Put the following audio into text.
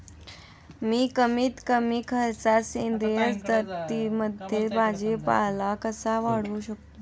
मी कमीत कमी खर्चात सेंद्रिय शेतीमध्ये भाजीपाला कसा वाढवू शकतो?